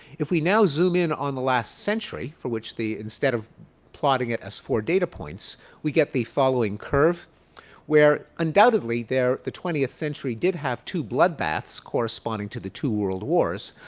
if we now zoom in on the last century for which the instead of plotting it as four data points we get the following curve where undoubtedly the twentieth century did have two blood baths, corresponding to the two world wars,